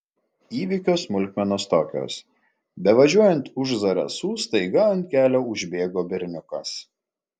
įvykio smulkmenos tokios bevažiuojant už zarasų staiga ant kelio užbėgo berniukas